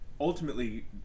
ultimately